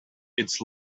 its